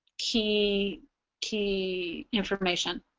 key key information